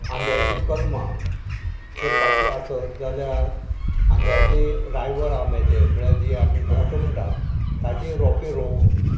आंब्याचीं कलमां करपाचीं आसत जाल्यार आंब्याचीं रायवळ आंबे जे म्हळ्यार जीं आमी घोंट म्हणटात ताचे रोंपे रोवन